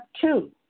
two